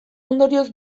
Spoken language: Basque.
ondorioz